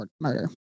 murder